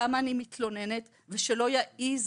כמה אני מתלוננת ושלא יעזו,